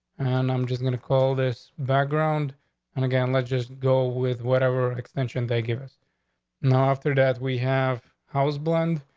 and i'm just gonna call this background and again, let's just go with whatever extension they give us now. after that, we have house blend,